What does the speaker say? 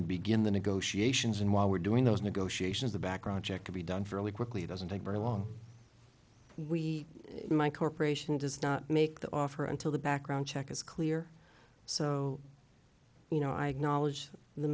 and begin the negotiations and while we're doing those negotiations the background check to be done fairly quickly doesn't take very long we my corporation does not make the offer until the background check is clear so you know i knowledge